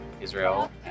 Israel